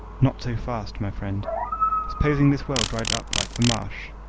not so fast, my friend supposing this well dried up like the marsh,